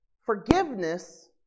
Forgiveness